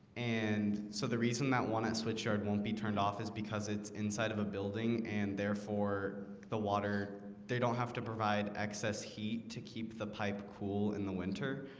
and so the reason that one a switch yard won't be turned off is because it's inside of a building and therefore the water they don't have to provide excess heat to keep the pipe cool in the winter.